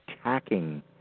attacking